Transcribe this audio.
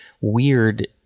weird